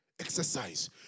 exercise